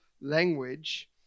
language